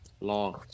Long